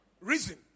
Reason